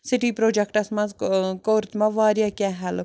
سٹۍ projects منٛز ک ٲں کٔر تِمو واریاہ کیٚنٛہہ ہیٚلٕپ